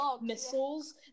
missiles